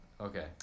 Okay